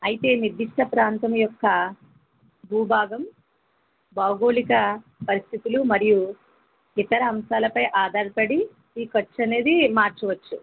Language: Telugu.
అయితే నిర్ధిష్ట ప్రాంతం యొక్క భూభాగం భౌగోళిక పరిస్థితులు మరియు ఇతర అంశాలపై ఆధారపడి ఈ ఖర్చు అనేది మార్చవచ్చు